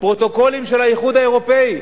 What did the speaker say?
פרוטוקולים של האיחוד האירופי.